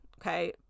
okay